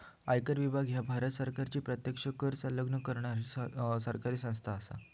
आयकर विभाग ह्या भारत सरकारची प्रत्यक्ष कर संकलन करणारा सरकारी संस्था असा